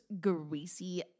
greasy